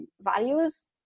values